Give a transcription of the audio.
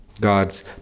God's